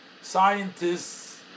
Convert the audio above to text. scientists